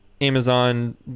Amazon